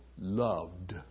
loved